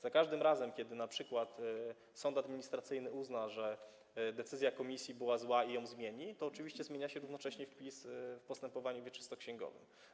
Za każdym razem kiedy np. sąd administracyjny uzna, że decyzja komisji była zła, i ją zmieni, to oczywiście zmienia się równocześnie wpis w postępowaniu wieczystoksięgowym.